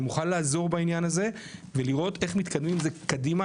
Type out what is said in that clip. אני מוכן לעזור בעניין הזה ולראות איך מתקדמים עם זה קדימה,